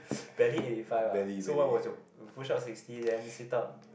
barely eighty five lah so what was your push up sixty then sit up